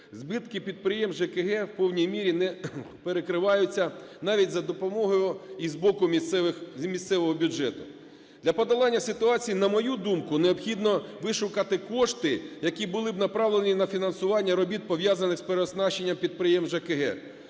Збитки підприємств ЖКГ в повній мірі не перекриваються навіть за допомогою і з боку місцевих... з місцевого бюджету. Для подолання ситуації, на мою думку, необхідно вишукати кошти, які були б направлені на фінансування робіт, пов'язаних з переоснащенням підприємств ЖКГ.